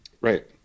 Right